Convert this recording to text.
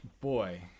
Boy